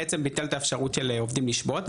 בעצם ביטל את האפשרות של העובדים לשבות,